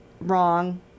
wrong